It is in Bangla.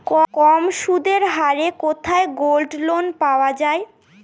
কম সুদের হারে কোথায় গোল্ডলোন পাওয়া য়ায়?